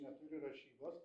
neturi rašybos